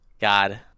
God